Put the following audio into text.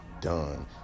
done